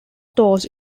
stores